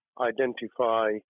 identify